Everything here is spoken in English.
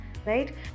Right